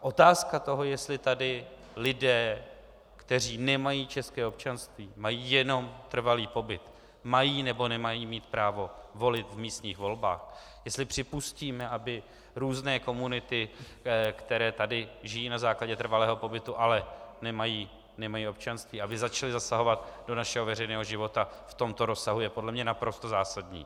Otázka toho, jestli tady lidé, kteří nemají české občanství, mají jenom trvalý pobyt, mají, nebo nemají mít právo volit v místních volbách, jestli připustíme, aby různé komunity, které tady žijí na základě trvalého pobytu, ale nemají občanství, začaly zasahovat do našeho veřejného života v tomto rozsahu, je podle mě naprosto zásadní.